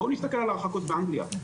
בואו נסתכל על ההרחקות באנגליה.